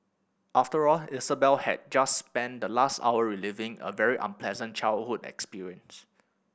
after all Isabel had just spent the last hour reliving a very unpleasant childhood experience